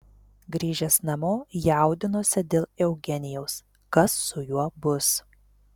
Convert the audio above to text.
grįžęs namo jaudinosi dėl eugenijaus kas su juo bus